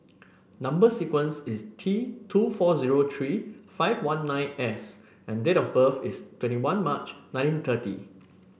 number sequence is T two four zero three five one nine S and date of birth is twenty one March nineteen thirty